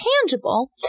tangible